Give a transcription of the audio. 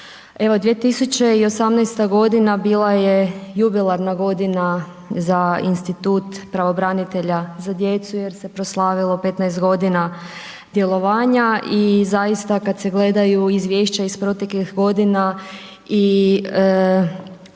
Evo 2018.g. bila je jubilarna godina za institut pravobranitelja za djecu, jer se proslavilo 15 g. djelovanja i zaista kada se gledaju izvješća iz proteklih godina i